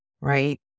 right